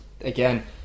Again